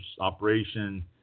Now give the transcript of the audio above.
operation